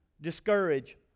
discourage